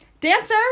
dancer